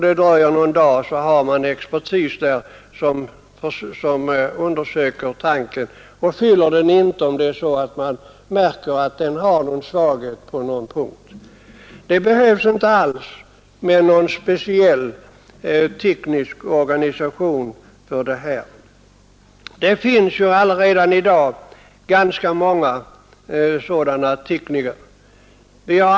Det dröjer någon dag, och så har man en expert där som undersöker tanken, och han fyller den inte om han märker att den har någon svaghet. Det behövs inte alls någon speciell teknisk organisation för det här. I dag finns det ju allaredan ganska många tekniker på det här området.